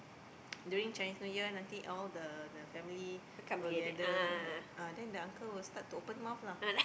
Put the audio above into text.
during Chinese-New-Year nanti all the the family will gather right uh then the uncle will start to open mouth lah